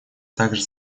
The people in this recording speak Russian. также